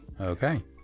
okay